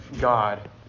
God